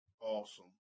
Awesome